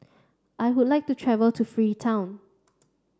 I would like to travel to Freetown